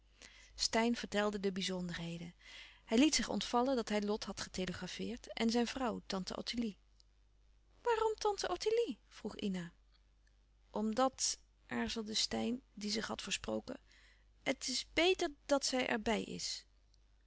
steyn vertelde de bizonderheden hij liet zich ontvallen dat hij louis couperus van oude menschen de dingen die voorbij gaan lot had getelegrafeerd en zijn vrouw tante ottilie waarom tante ottilie vroeg ina omdat aarzelde steyn die zich had versproken het is beter dat zij er bij is